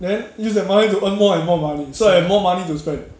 then use that money to earn more and more money so I have more money to spend